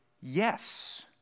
yes